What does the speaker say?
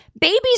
Babies